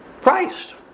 Christ